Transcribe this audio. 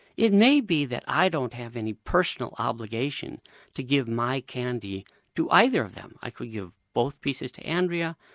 it may be that i don't have any personal obligation to give my candy to either of them. i could give both pieces to andrea,